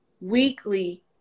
weekly